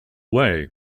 way